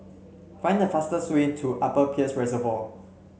find the fastest way to Upper Peirce Reservoir